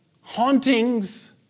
Hauntings